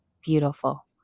beautiful